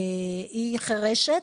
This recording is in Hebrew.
שהיא חירשת.